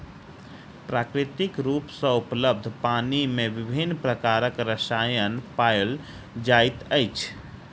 प्राकृतिक रूप सॅ उपलब्ध पानि मे विभिन्न प्रकारक रसायन पाओल जाइत अछि